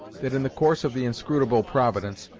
that, in the course of the inscrutable providence,